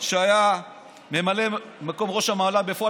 שהיה ממלא מקום ראש המל"ל בפועל.